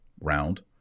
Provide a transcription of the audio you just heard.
round